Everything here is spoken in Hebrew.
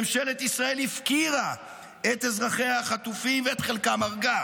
ממשלת ישראל הפקירה את אזרחיה החטופים ואת חלקם הרגה,